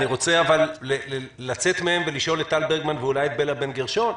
אבל אני רוצה לצאת מהם ולשאול את טל ברגמן ואולי את בלה בן גרשון: